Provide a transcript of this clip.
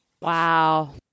Wow